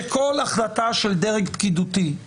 שכל החלטה של דרג פקידותי,